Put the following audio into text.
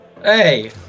Hey